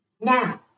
Now